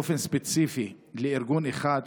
באופן ספציפי לארגון אחד,